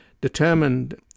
determined